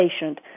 patient